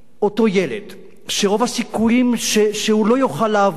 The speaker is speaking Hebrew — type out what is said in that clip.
אותו ילד שרוב הסיכויים שהוא לא יוכל לעבור